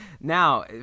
Now